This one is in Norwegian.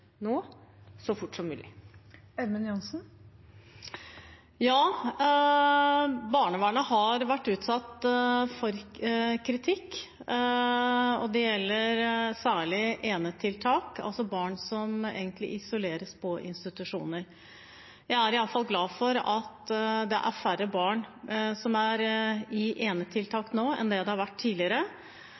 nå, så fort som mulig? Barnevernet har vært utsatt for kritikk, og det gjelder særlig enetiltak, altså barn som isoleres på institusjoner. Jeg er iallfall glad for at det er færre barn som er i enetiltak nå, enn det det har vært tidligere.